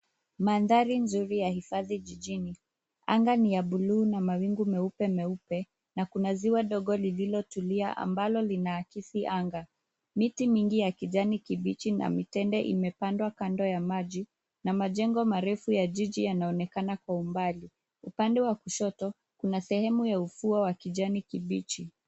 Mandhari nzuri ya hifadhi jijini. Anga ni ya bluu na mawingu meupe meupe na kuna ziwa dogo lililotulia ambayo linaakisi anga. Miti mingi ya kijani kibichi na mitende imepandwa kando ya maji na majengo marefu ya jiji yanaonekana kwa umbali. Upande wa kushoto kuna sehemu ya ufuo wa kijani kibichi.